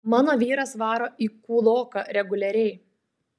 mano vyras varo į kūloką reguliariai